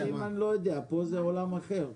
אני לא יודע, פה זה עולם אחר.